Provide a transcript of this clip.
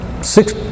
six